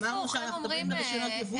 אמרנו שאנחנו מטפלים ברישיונות ייבוא,